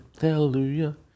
Hallelujah